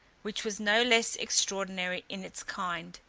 which was no less extraordinary in its kind.